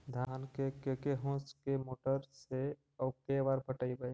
धान के के होंस के मोटर से औ के बार पटइबै?